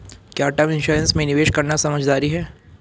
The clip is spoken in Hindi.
क्या टर्म इंश्योरेंस में निवेश करना समझदारी है?